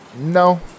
No